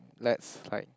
let's like